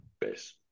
base